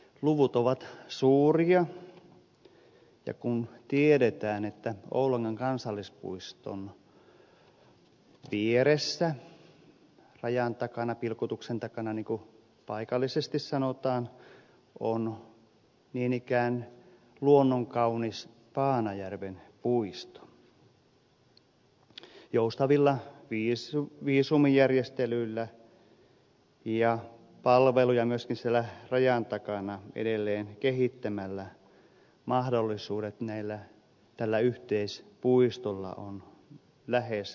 luvut ovat suuria ja kun tiedetään että oulangan kansallispuiston vieressä rajan takana pilkotuksen takana niin kuin paikallisesti sanotaan on niin ikään luonnonkaunis paanajärven puisto joustavilla viisumijärjestelyillä ja palveluja myöskin siellä rajan takana edelleen kehittämällä tällä yhteispuistolla on lähes rajattomat mahdollisuudet